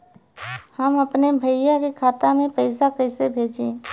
हम अपने भईया के खाता में पैसा कईसे भेजी?